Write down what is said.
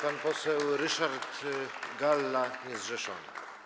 Pan poseł Ryszard Galla, niezrzeszony.